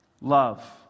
love